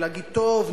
ולהגיד: טוב,